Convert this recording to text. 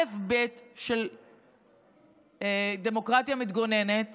אלף-בית של דמוקרטיה מתגוננת